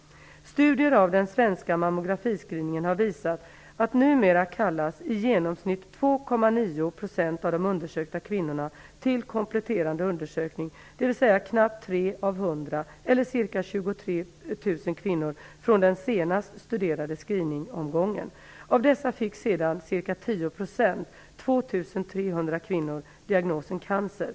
Studier av den svenska mammografiscreeningen har visat att i genomsnitt 2,9 % av de undersökta kvinnorna numera kallas till kompletterande undersökning, dvs. knappt tre av hundra eller ca 2 300 kvinnor, diagnosen cancer.